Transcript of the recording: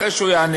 אחרי שהוא יענה,